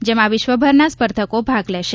જેમાં વિશ્વભરના સ્પર્ધકો ભાગ લેશે